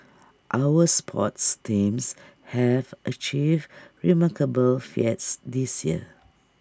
our sports teams have achieved remarkable feats this year